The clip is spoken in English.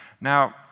Now